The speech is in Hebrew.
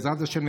בעזרת השם,